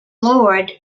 lord